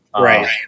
Right